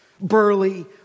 Burly